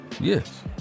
Yes